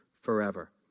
forever